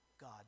God